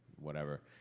whatever,